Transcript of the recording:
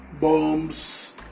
bombs